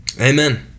Amen